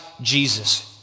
Jesus